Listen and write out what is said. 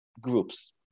groups